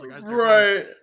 Right